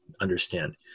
understand